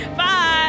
Bye